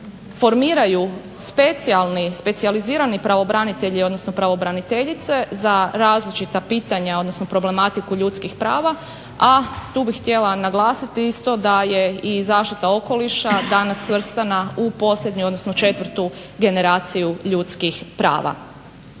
specijalni, specijalizirani pravobranitelji, odnosno pravobraniteljice za različita pitanja, odnosno problematiku ljudskih prava, a tu bih htjela naglasiti isto da je i zaštita okoliša danas svrstana u posebnu, odnosno četvrtu generaciju ljudskih prava.